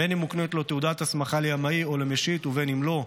בין אם מוקנית לו תעודת הסמכה לימאי או למשיט ובין אם לא.